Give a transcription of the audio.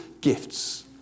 gifts